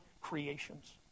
creations